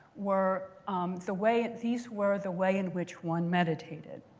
were the way these were the way in which one meditated.